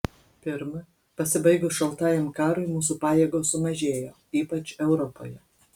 pirma pasibaigus šaltajam karui mūsų pajėgos sumažėjo ypač europoje